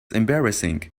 embarrassing